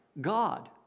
God